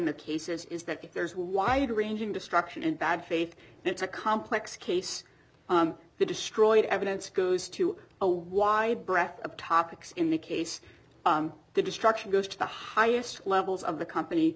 the cases is that there's a wide ranging destruction in bad faith it's a complex case the destroyed evidence goes to a wide breadth of topics in the case the destruction goes to the highest levels of the company